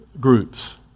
groups